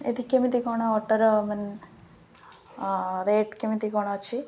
ଏଠି କେମିତି କ'ଣ ଅଟୋର ମାନେ ରେଟ୍ କେମିତି କ'ଣ ଅଛି